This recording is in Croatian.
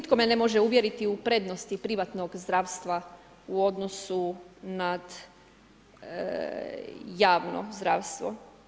Nitko me ne može uvjeriti u prednosti privatnog zdravstva u odnosu nad javno zdravstvo.